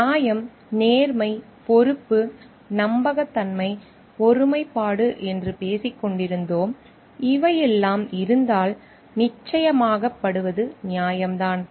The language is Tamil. நியாயம் நேர்மை பொறுப்பு நம்பகத்தன்மை ஒருமைப்பாடு என்று பேசிக் கொண்டிருந்தோம் இவையெல்லாம் இருந்தால் நிச்சயமாய்ப் படுவது நியாயம் தான்